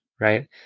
right